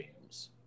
games